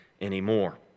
anymore